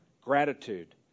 Gratitude